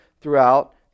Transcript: throughout